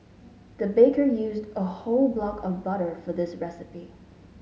the baker used a whole block of butter for this recipe